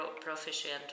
proficient